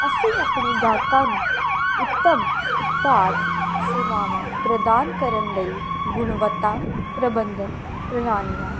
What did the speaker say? ਅਸੀਂ ਆਪਣੇ ਗਾਹਕਾਂ ਨੂੰ ਉੱਤਮ ਉਤਪਾਦ ਸੇਵਾਵਾਂ ਪ੍ਰਦਾਨ ਕਰਨ ਲਈ ਗੁਣਵੱਤਾ ਪ੍ਰਬੰਧਨ ਪ੍ਰਣਾਲੀਆਂ